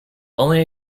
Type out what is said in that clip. only